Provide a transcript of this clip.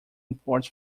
imports